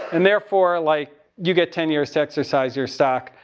and therefore, like you get ten years to exercise your stock.